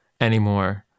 anymore